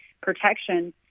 protection